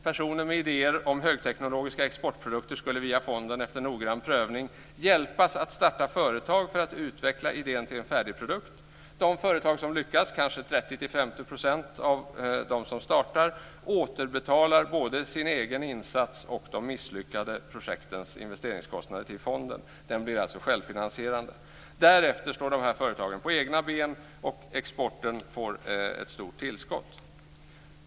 Personer med idéer om högteknologiska exportprodukter skulle via fonden, efter en noggrann prövning, hjälpas att starta företag för att utveckla idén till en färdig produkt. De företag som lyckas, kanske 30-50 % av dem som startar, återbetalar både sin egen insats och de misslyckade projektens investeringskostnader till fonden. Det blir alltså självfinansierande. Därefter står dessa nya företag på egna ben, och exporten får ett stort tillskott.